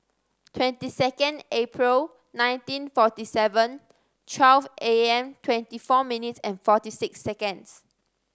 twenty second April nineteen forty seven twelve A M twenty four minutes and forty six seconds